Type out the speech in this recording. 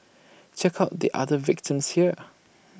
check out the other victims here